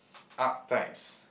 archetypes